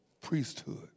priesthood